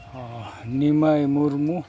ᱚᱸᱻ ᱱᱤᱢᱟᱭ ᱢᱩᱨᱢᱩ